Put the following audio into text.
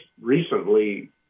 recently